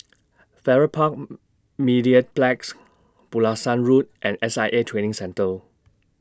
Farrer Park Mediplex Pulasan Road and S I A Training Centre